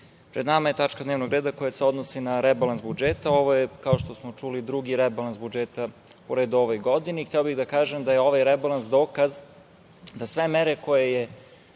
pred nama je tačka dnevnog reda koja se odnosi na rebalans budžeta. Ovo je, kao što smo čuli, drugi rebalans budžeta po redu u ovoj godini. Hteo bih da kažem da je ovaj rebalans dokaz da sve mere koje je